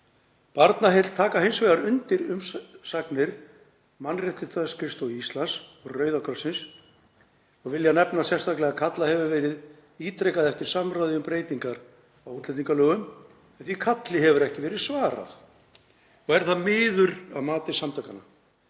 Barnaheill taka hins vegar undir umsagnir Mannréttindaskrifstofu Íslands og Rauða krossins og vilja nefna sérstaklega að kallað hefur verið ítrekað eftir samráði um breytingar á útlendingalögum en því kalli hefur ekki verið svarað og er það miður að mati samtakanna.